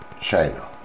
China